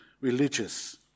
religious